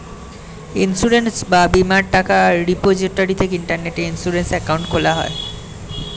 insurance বা বীমার টাকা রিপোজিটরি থেকে ইন্টারনেটে ইন্সুরেন্স অ্যাকাউন্ট খোলা যায়